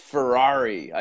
Ferrari